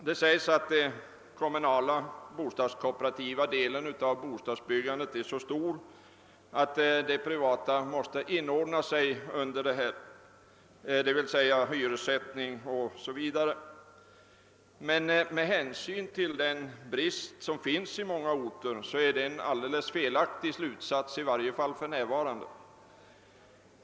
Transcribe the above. Det sägs att den kommunala bostadskooperativa delen av bostadsbyggandet är så stor att den privata måste inordna sig med hänsyn till hyressättning m.m. Med hänsyn till den rådande bostadsbristen på många orter är detta en alldeles felaktig slutsats, åtminstone i dagens läge.